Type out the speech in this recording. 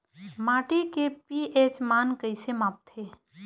माटी के पी.एच मान कइसे मापथे?